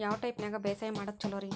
ಯಾವ ಟೈಪ್ ನ್ಯಾಗ ಬ್ಯಾಸಾಯಾ ಮಾಡೊದ್ ಛಲೋರಿ?